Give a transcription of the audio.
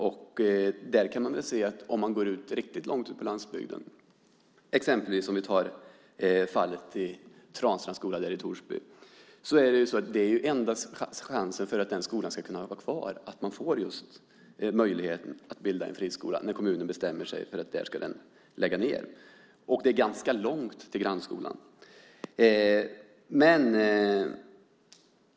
Går man riktigt långt ut på landsbygden som i fallet Transtrands skola i Torsby är enda chansen för skolan att vara kvar att få möjligheten att bilda friskola när kommunen bestämmer sig för att lägga ned. Det är ganska långt till grannskolan.